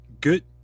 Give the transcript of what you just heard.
good